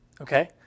Okay